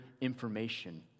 information